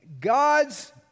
God's